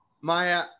Maya